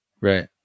right